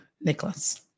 Nicholas